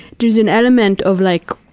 there's an element of like,